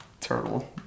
turtle